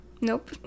Nope